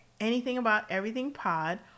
anythingabouteverythingpod